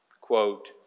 Quote